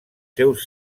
seus